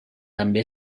també